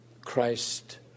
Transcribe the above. Christ